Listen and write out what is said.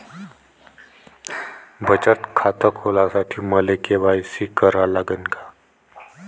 बचत खात खोलासाठी मले के.वाय.सी करा लागन का?